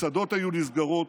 מסעדות היו נסגרות,